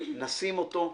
נשים אותו,